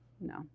No